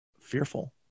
fearful